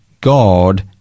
God